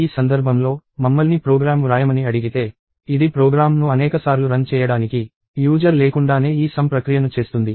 ఈ సందర్భంలో మమ్మల్ని ప్రోగ్రామ్ వ్రాయమని అడిగితే ఇది ప్రోగ్రామ్ను అనేకసార్లు రన్ చేయడానికి యూజర్ లేకుండానే ఈ సమ్ ప్రక్రియను చేస్తుంది